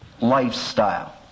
lifestyle